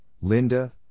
Linda